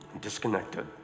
disconnected